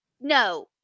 no